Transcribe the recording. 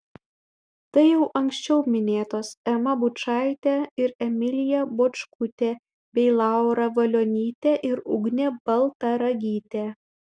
tai jau anksčiau minėtos ema bučaitė ir emilija bočkutė bei laura valionytė ir ugnė baltaragytė